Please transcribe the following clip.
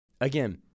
again